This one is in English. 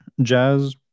jazz